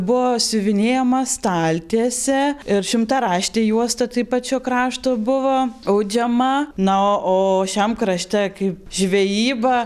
buvo siuvinėjama staltiesė ir šimtaraštė juosta taip pat šio krašto buvo audžiama na o šiam krašte kai žvejyba